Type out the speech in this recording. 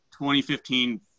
2015